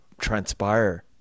transpire